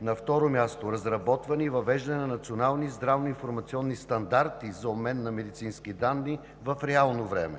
На второ място, „Разработване и въвеждане на национални и здравни информационни стандарти за обмен на медицински данни в реално време“.